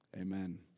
Amen